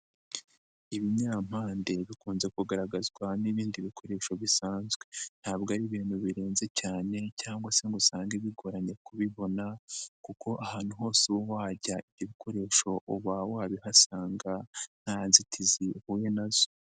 Ibinyampande bikunze kugaragazwa n'ibindi bikoresho bisanzwe. Ntabwo ari ibintu birenze cyane cyangwa se ngo usange bigoranye kubibona kuko ahantu hose uba wajya ibikoresho uba wabihasanga, nta nzitizi uhuye na zo.